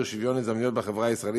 את שוויון ההזדמנויות בחברה הישראלית.